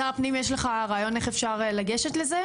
שר הפנים יש לך רעיון איך אפשר לגשת לזה?